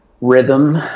Rhythm